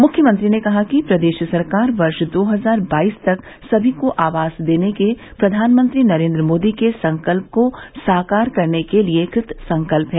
मुख्यमंत्री ने कहा कि प्रदेश सरकार वर्ष दो हजार बाईस तक सभी को आवास देने के प्रधानमंत्री नरेंद्र मोदी के संकल्प को साकार करने के लिए कृतसंकल्प है